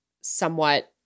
somewhat